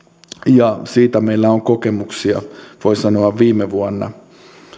siitä meillä on kokemuksia voi sanoa viime vuodelta